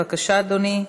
בבקשה, אדוני,